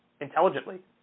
intelligently